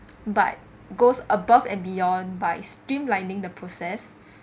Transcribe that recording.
but goes above and beyond by streamlining the process